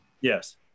Yes